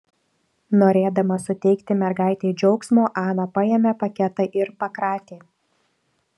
norėdama suteikti mergaitei džiaugsmo ana paėmė paketą ir pakratė